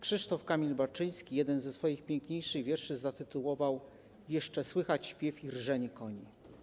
Krzysztof Kamil Baczyński jeden ze swoich piękniejszych wierszy zatytułował „Jeszcze słychać śpiew i rżenie koni”